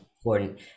important